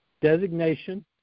designation